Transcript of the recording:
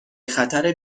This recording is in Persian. خطر